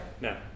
No